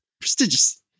Prestigious